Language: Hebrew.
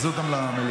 להחזיר אותם למליאה.